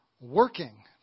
working